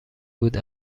بود